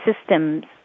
systems